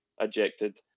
ejected